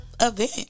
event